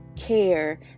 care